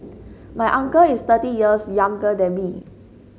my uncle is thirty years younger than me